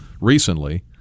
recently